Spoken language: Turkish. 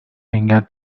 engel